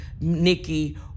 Nikki